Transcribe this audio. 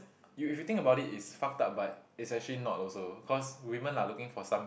you if you think about it's fucked up but it's actually not also cause women are looking for some